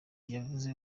yavuze